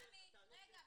עמי, רגע.